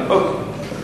שאגיד.